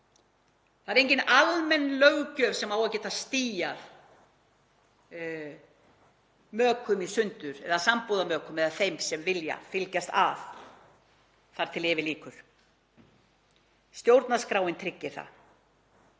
Það er engin almenn löggjöf sem á að geta stíað mökum í sundur eða sambúðarmökum eða þeim sem vilja fylgjast að þar til yfir lýkur. Stjórnarskráin tryggir það